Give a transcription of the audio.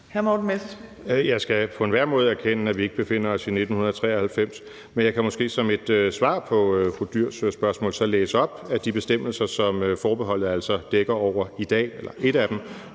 Jeg skal på enhver måde erkende, at vi ikke befinder os i 1993. Men jeg kan måske som et svar på fru Pia Olsen Dyhrs spørgsmål så læse op af de bestemmelser, som forbeholdet altså dækker over i dag, et af dem,